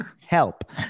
help